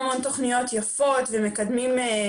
43.6% גברים; בסגר השני עוד יותר גדל פער,